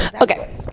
Okay